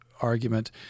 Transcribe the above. argument